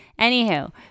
Anywho